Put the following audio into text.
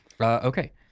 okay